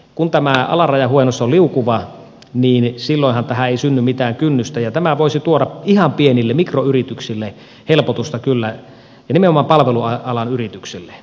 kun tämä alarajahuojennus on liukuva niin silloinhan tähän ei synny mitään kynnystä ja tämä voisi tuoda ihan pienille mikroyrityksille helpotusta kyllä ja nimenomaan palvelualan yrityksille